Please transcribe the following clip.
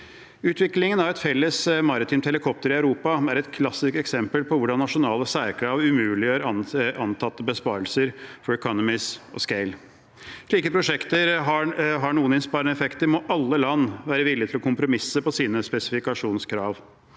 Utviklingen av et felles maritimt helikopter i Europa er et klassisk eksempel på hvordan nasjonale særkrav umuliggjør antatte besparelser gjennom «economies of scale». Skal slike prosjekter ha noen innsparende effekter, må alle land være villige til å kompromisse på sine spesifikasjonskrav.